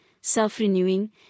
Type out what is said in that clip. self-renewing